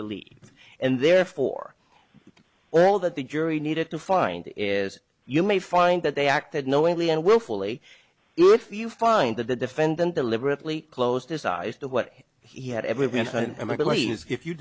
believe and therefore well that the jury needed to find is you may find that they acted knowingly and willfully if you find that the defendant deliberately closed his eyes to what he had